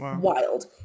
wild